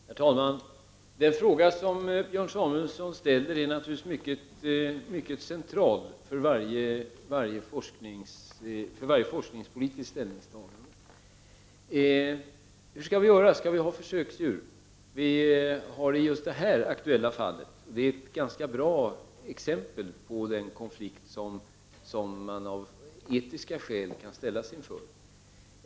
Herr talman! Den fråga som Björn Samuelson ställer är naturligtvis mycket central för varje forskningspolitiskt ställningstagande. Skall vi ha försöksdjur? Just det aktuella fallet är ett ganska bra exempel på den konflikt som kan uppstå av etiska skäl.